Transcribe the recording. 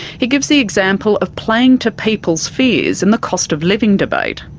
he gives the example of playing to people's fears in the cost of living debate.